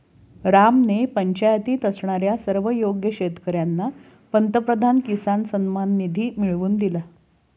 रामने पंचायतीत असणाऱ्या सर्व योग्य शेतकर्यांना पंतप्रधान किसान सन्मान निधी मिळवून दिला